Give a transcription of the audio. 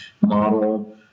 model